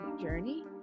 journey